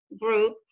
group